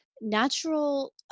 natural